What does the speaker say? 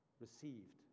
received